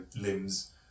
limbs